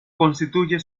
constituye